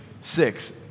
six